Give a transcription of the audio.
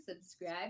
subscribe